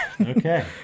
Okay